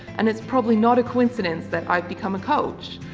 and it's probably not a coincidence that i've become a coach.